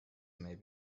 may